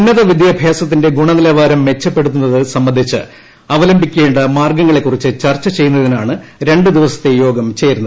ഉന്നത വിദ്യാഭ്യാസത്തിന്റെ ഗുണനിലവാരം മെച്ചപ്പെടുത്തുന്നത് അവംലംബിക്കേണ്ട മാർഗ്ഗങ്ങളെക്കുറിച്ച് ചർച്ചചെയ്യുന്നതിനാണ് രണ്ട് ദിവസത്തെ യോഗം ചേരുന്നത്